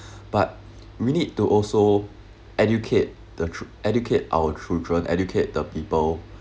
but we need to also educate the ch~ educate our children educate the people